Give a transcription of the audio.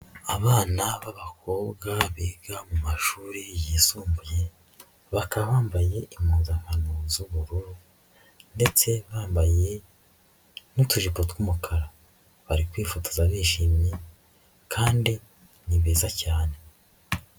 Abana b'abakobwa biga mu mashuri yisumbuye bakaba bambaye impundakano z'ubururu ndetse bambaye n'utujipo tw'umukara bari kwifotoza bishimye kandi ni beza cyane.